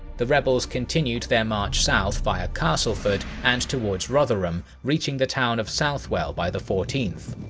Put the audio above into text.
the rebels continued their march south via castleford and towards rotherham, reaching the town of southwell by the fourteenth.